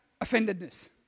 offendedness